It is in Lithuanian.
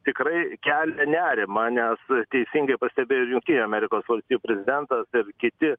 tikrai kelia nerimą nes teisingai pastebėjo ir jungtinių amerikos valstijų prezidentas ir kiti